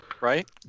Right